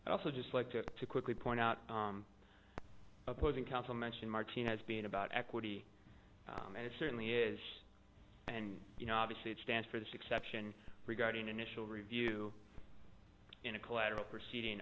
have also just like to to quickly point out opposing counsel mention martin as being about equity and it certainly is and you know obviously it stands for the exception regarding initial review in a collateral proceeding